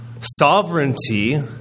Sovereignty